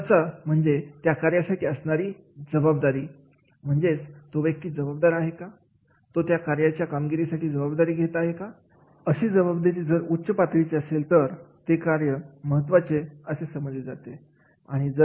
महत्त्वाचे म्हणजे त्या कार्यासाठी असणारी जबाबदारी म्हणजेच तो व्यक्ती जबाबदार आहे का तो त्या कार्याच्या कामगिरीची जबाबदारी घेत आहे एका महिला जबाबदारी जर उच्च पातळीचे असेल तर ते कार्य महत्त्वाचे असे समजले जाते